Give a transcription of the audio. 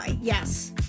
yes